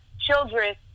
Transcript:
children